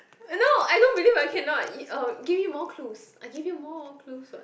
no I don't believe I cannot give me more clues I give you more clues what